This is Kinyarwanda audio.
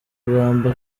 magambo